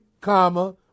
comma